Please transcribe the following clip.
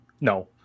No